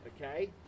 okay